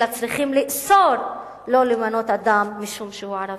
אלא צריך לאסור לא למנות אדם משום שהוא ערבי.